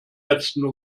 letzten